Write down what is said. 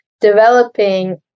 developing